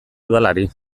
udalari